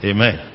Amen